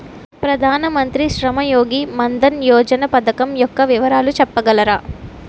ప్రధాన మంత్రి శ్రమ్ యోగి మన్ధన్ యోజన పథకం యెక్క వివరాలు చెప్పగలరా?